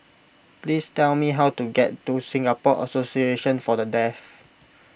please tell me how to get to Singapore Association for the Deaf